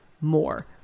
more